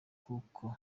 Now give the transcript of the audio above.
kuko